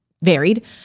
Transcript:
varied